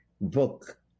book